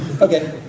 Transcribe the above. Okay